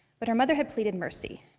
but her mother had pleaded mercy.